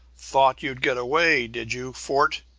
thought you'd get away, did you, fort?